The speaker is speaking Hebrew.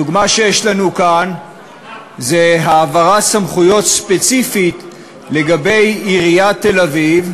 הדוגמה שיש לנו כאן היא של העברת סמכויות ספציפית לגבי עיריית תל-אביב,